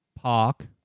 park